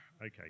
okay